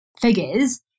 figures